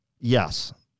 yes